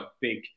big